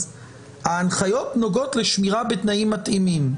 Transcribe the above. אז ההנחיות נוגעות לשמירה בתנאים מתאימים.